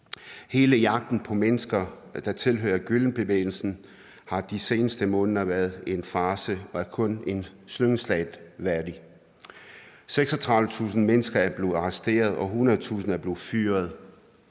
Hele jagten på mennesker, der tilhører Gülenbevægelsen, har de seneste måneder været en farce og er kun en slyngelstat værdig. 36.000 mennesker er blevet arresteret, og 100.000 er blevet fyret,